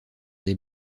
des